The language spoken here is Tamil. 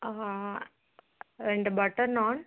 ரெண்டு பட்டர் நாண்